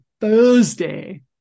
Thursday